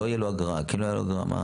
לא יהיה לו אגרה, כן יהיה לו אגרה?